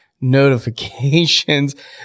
notifications